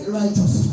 righteous